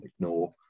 ignore